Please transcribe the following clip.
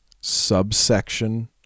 subsection